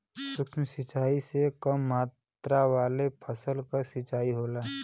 सूक्ष्म सिंचाई से कम मात्रा वाले फसल क सिंचाई होला